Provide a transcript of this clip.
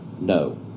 no